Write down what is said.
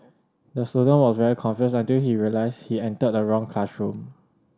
the student was very confused until he realized he entered the wrong classroom